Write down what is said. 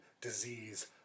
disease